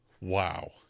wow